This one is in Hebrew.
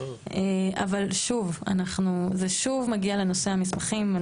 אבל שוב, אנחנו, זה שוב מגיע לנושא המסמכים.